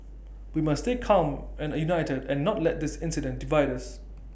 we must stay calm and united and not let this incident divide us